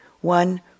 one